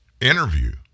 interview